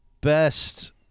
best